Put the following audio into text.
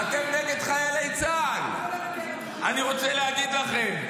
אני רוצה להגיד לכם,